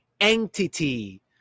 entity